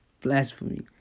blasphemy